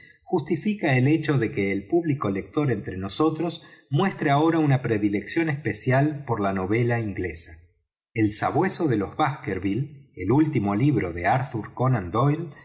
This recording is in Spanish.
justifica el hecho de que el público lector entre nosotros muestre ahora una predilección especial por la novel inglesa el sabueso do los baskerville el último libro de arthur conan